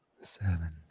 Seven